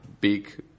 big